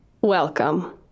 Welcome